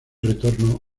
retorno